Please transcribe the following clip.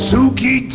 Suki